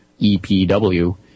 EPW